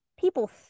people